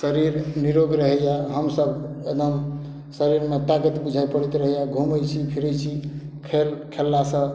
शरीर निरोग रहैये हमसब एकदम शरीरमे ताकत बुझाइ पड़ैत रहइए घुमय छी फिरै छी खेल खेललासँ